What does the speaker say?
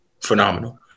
phenomenal